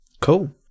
Cool